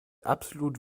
absolut